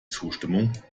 zustimmung